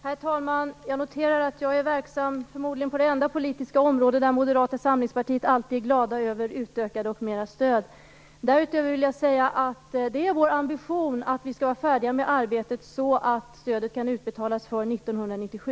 Herr talman! Jag noterar att jag är verksam på det förmodligen enda politiska område där Moderata samlingspartiet alltid är glada över utökade och mera stöd. Därutöver vill jag säga att det är vår ambition att vi skall vara färdiga med arbetet så att stödet kan utbetalas för 1997.